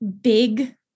big